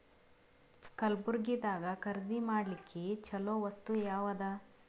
ಕಲಬುರ್ಗಿದಾಗ ಖರೀದಿ ಮಾಡ್ಲಿಕ್ಕಿ ಚಲೋ ವಸ್ತು ಯಾವಾದು?